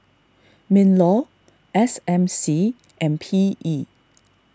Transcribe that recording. MinLaw S M C and P E